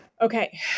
okay